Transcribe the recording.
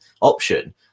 option